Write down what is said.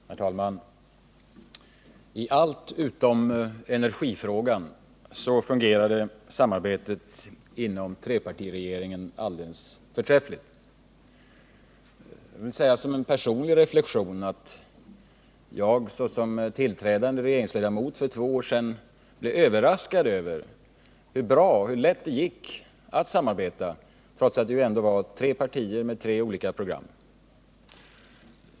Herr talman! I allt utom energifrågan fungerade samarbetet inom trepartiregeringen alldeles förträffligt. Jag vill säga som en personlig reflexion att jag såsom tillträdande regeringsledamot för två år sedan blev överraskad över hur bra och hur lätt det gick att samarbeta, trots att det ändå var fråga om tre partier med olika program.